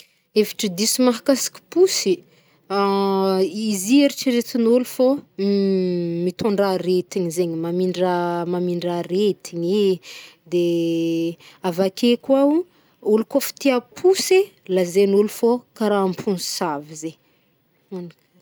Hevitry diso mahkasiky posy? Izy heritreretin'olo fô mitondra aretina zegny, mamindra- mamindra aretigny e, avake kôa o olo kaofa tia posy lazain'olo fô kara ponsavy zegny. Ano karahanjegny.